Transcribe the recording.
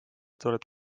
tuleb